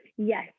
Yes